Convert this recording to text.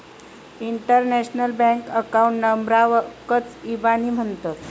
international bank account नंबराकच इबानी म्हणतत